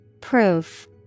Proof